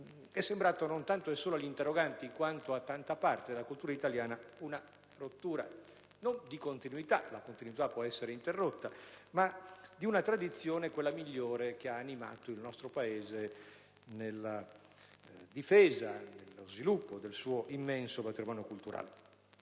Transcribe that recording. è sembrato non tanto e solo agli interroganti, ma a tanta parte della cultura italiana una rottura, non della continuità (la continuità può essere interrotta) ma di una tradizione, quella migliore, che ha animato il nostro Paese nella difesa e nello sviluppo del suo immenso patrimonio culturale;